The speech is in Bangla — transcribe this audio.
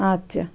আচ্ছা